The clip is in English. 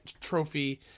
trophy